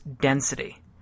density